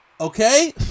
okay